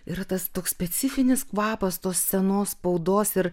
yra tas toks specifinis kvapas tos senos spaudos ir